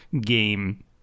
game